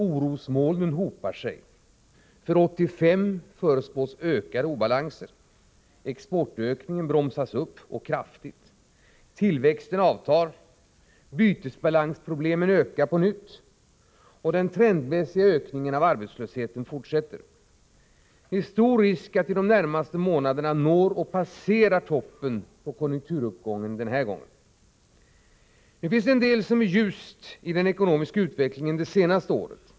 Orosmolnen hopar sig. För 1985 förespås ökade obalanser. Exportökningen bromsas upp kraftigt, tillväxten avtar, bytesbalansproblemen ökar på nytt, och den trendmässiga ökningen av arbetslösheten fortsätter. Det är stor risk att vi de närmaste månaderna når och passerar toppen på konjunkturuppgången för den här gången. Det finns en del som är ljust i den ekonomiska utvecklingen det senaste året.